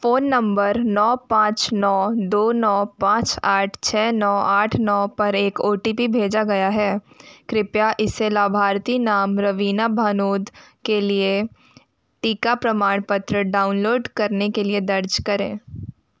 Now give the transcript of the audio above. phone number नौ पाँच नौ दो नौ पाँच आठ छः नौ आठ नौ पर एक ओ टी पी भेजा गया है कृपया इसे लाभार्थी नाम रवीना भानोद के लिए टीका प्रमाणपत्र डाउनलोड करने के लिए दर्ज करें